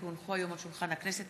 כי הונחו היום על שולחן הכנסת,